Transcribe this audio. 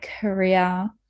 career